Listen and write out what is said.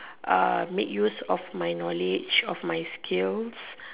make use of my knowledge of my skills